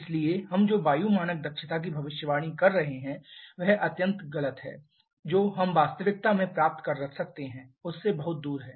इसलिए हम जो वायु मानक दक्षता की भविष्यवाणी प्राप्त कर रहे हैं वह अत्यंत गलत है जो हम वास्तविकता में प्राप्त कर सकते हैं उससे बहुत दूर है